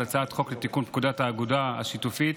הצעת חוק לתיקון פקודת האגודות השיתופיות